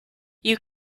you